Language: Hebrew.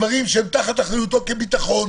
בדברים שהם תחת אחריותו כביטחון.